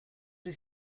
did